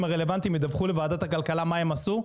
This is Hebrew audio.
הרלוונטיים ידווחו לוועדת הכלכלה מה הם עשו,